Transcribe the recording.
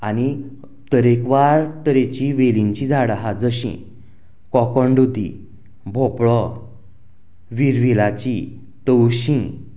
आनी तरेकवार तरेंची वेलींची झाडां आसात जशीं कोकोणदुदी भोपळो विरविलाची तवशीं